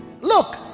Look